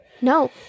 No